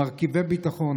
מרכיבי ביטחון,